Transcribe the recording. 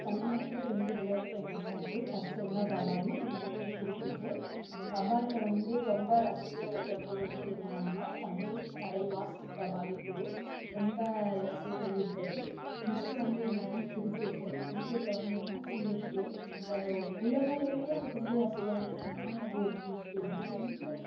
தமிழ்நாட்லேயே ரெண்டு விளையாட்டு ஃபேமஸாக இருக்குது ஃபர்ஸ்ட்டு என்னென்னா கபாடி ரெண்டு வந்து கிரிக்கெட்டு கபாடியில் வந்து ரொம்ப ரசிகர்களை பெற்றது வந்து என்னென்னா தமிழ் தலைவாஸ் கபாடி குழு ரொம்ப ரசிகர்களை ஈர்த்தது நெஸ்ட்டு வந்து என்னென்னா கிரிக்கெட்டு கிரிக்கெட்டில் வந்து என்னென்னா சிஎஸ்கே உலக அளவுலேயே அதுக்கு வந்து ரசிகர்கள் இருக்காங்கன்னா அது சிஎஸ்கே தான் ரொம்ப